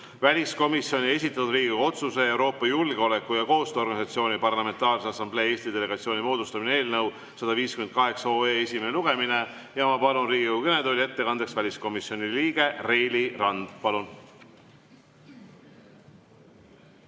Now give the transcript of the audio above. väliskomisjoni esitatud Riigikogu otsuse "Euroopa Julgeoleku- ja Koostööorganisatsiooni Parlamentaarse Assamblee Eesti delegatsiooni moodustamine" eelnõu 158 esimene lugemine. Ma palun Riigikogu kõnetooli ettekandeks väliskomisjoni liikme. Raili Rand, palun!